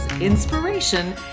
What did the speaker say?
inspiration